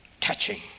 touching